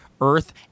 Earth